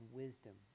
wisdom